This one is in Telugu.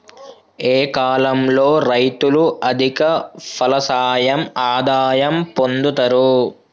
ఏ కాలం లో రైతులు అధిక ఫలసాయం ఆదాయం పొందుతరు?